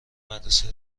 مدرسه